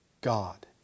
God